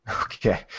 Okay